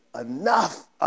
enough